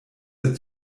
der